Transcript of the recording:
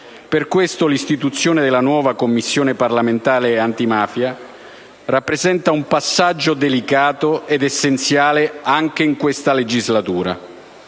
Per questo l'istituzione della nuova Commissione parlamentare antimafia rappresenta un passaggio delicato ed essenziale anche in questa legislatura;